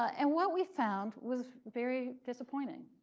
and what we found was very disappointing.